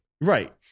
Right